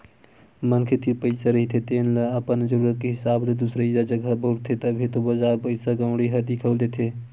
मनखे तीर पइसा रहिथे तेन ल अपन जरुरत के हिसाब ले दुसरइया जघा बउरथे, तभे तो बजार पइसा कउड़ी ह दिखउल देथे